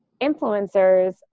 influencers